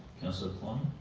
councillor kleinert.